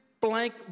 blank